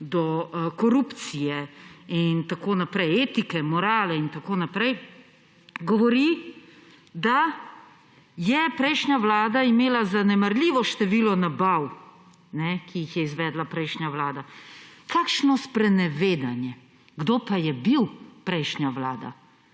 do korupcije in tako naprej, etike, morale in tako naprej, govori, da je prejšnja vlada imela zanemarljivo število nabav, ki jih je izvedla prejšnja vlada. Kakšno sprenevedanje! Kdo pa je bil prejšnja vlada?